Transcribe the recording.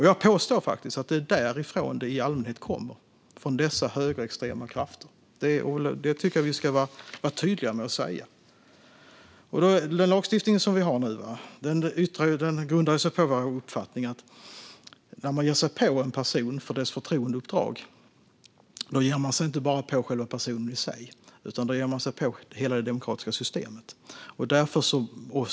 Jag påstår faktiskt att det är därifrån det i allmänhet kommer, från dessa högerextrema krafter. Det tycker jag att vi ska vara tydliga med. Den lagstiftning vi har nu grundar sig på uppfattningen att när man ger sig på en person på grund av dess förtroendeuppdrag ger man sig på inte bara personen i sig, utan man ger sig på hela det demokratiska systemet.